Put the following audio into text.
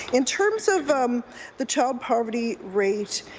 in terms of um the child poverty rate.